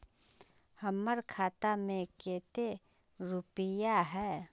हमर खाता में केते रुपया है?